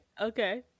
Okay